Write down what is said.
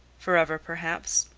forever, perhaps.